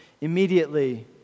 immediately